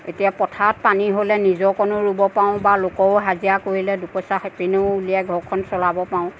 এতিয়া পথাৰত পানী হ'লে নিজৰকণো ৰুব পাৰোঁ বা লোকৰো হাজিৰা কৰিলে দুপইচা সেইপিনেও উলিয়াই ঘৰখন চলাব পাৰোঁ